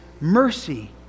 mercy